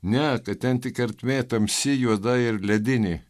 ne tai ten tik ertmė tamsi juoda ir ledinė